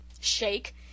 shake